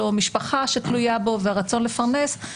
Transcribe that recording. גם היישום של הוראת השעה החל באיחור מכמה סיבות שפרסנו בשעתו בדיון,